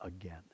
again